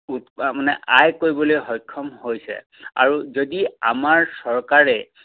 উৎপা মানে আই কৰিবলৈ সক্ষম হৈছে আৰু যদি আমাৰ চৰকাৰে